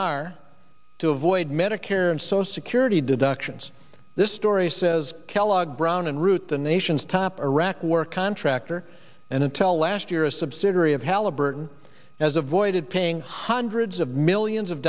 r to avoid medicare and social security deductions this story says kellogg brown and root the nation's top arac were contractor and intel last year a subsidiary of halliburton has avoided paying hundreds of millions of